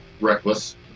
reckless